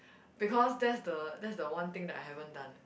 because that's the that's the one thing that I haven't done